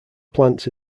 plants